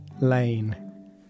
Lane